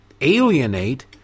alienate